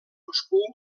moscou